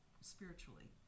spiritually